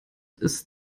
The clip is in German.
ist